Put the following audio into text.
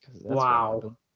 Wow